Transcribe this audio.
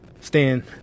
stand